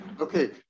Okay